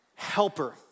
helper